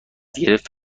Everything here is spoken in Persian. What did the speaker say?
گرفت